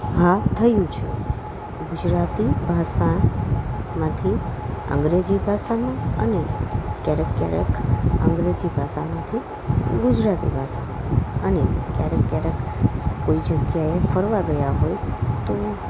હા થયું છે ગુજરાતી ભાષામાંથી અંગ્રેજી ભાષામાં અને ક્યારેક ક્યારેક અંગ્રેજી ભાષામાંથી ગુજરાતી ભાષામાં અને ક્યારેક ક્યારેક કોઈ જગ્યાએ ફરવા ગયા હોય તો